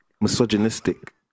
misogynistic